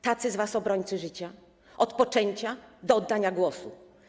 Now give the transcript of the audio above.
Tacy z was obrońcy życia - od poczęcia do oddania głosu.